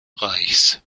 reichs